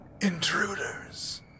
intruders